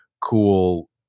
cool